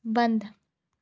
बंद